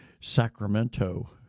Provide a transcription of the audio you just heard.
Sacramento